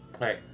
right